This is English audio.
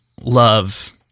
love